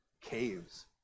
caves